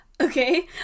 Okay